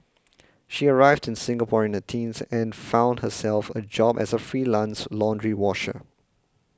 she arrived in Singapore in her teens and found herself a job as a freelance laundry washer